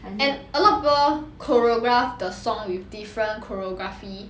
and a lot of people choreographed the song with different choreography